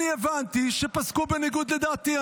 אני הבנתי שפסקו בניגוד לדעתי.